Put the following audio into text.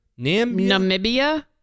namibia